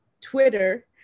Twitter